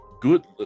good